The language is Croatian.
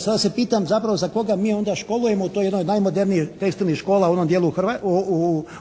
Samo se pitam zapravo za koga mi onda školujemo u toj jednoj od najmodernijih škola u onom dijelu,